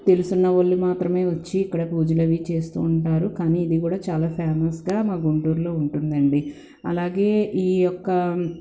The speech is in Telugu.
తెలుసున్నవాళ్ళు మాత్రమే వచ్చి ఇక్కడ పూజలవి చేస్తూ ఉంటారు కానీ ఇది కూడా చాలా ఫేమస్గా మా గుంటూర్లో ఉంటుందండి అలాగే ఈ యొక్క